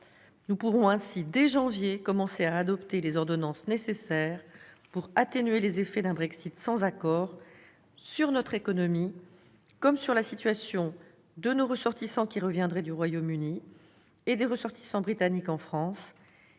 Nous pourrons ainsi, dès janvier prochain, commencer à adopter les ordonnances nécessaires pour atténuer les effets d'un Brexit sans accord sur notre économie comme sur la situation de nos ressortissants qui reviendraient du Royaume-Uni et des ressortissants britanniques en France,